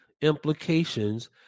implications